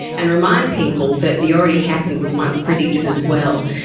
and remind people that the already-happened was once predicted as well.